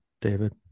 David